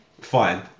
fine